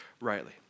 rightly